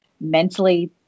mentally